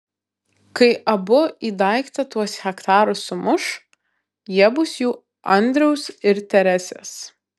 kai abu į daiktą tuos hektarus sumuš jie bus jų andriaus ir teresės